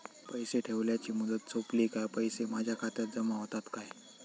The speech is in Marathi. पैसे ठेवल्याची मुदत सोपली काय पैसे माझ्या खात्यात जमा होतात काय?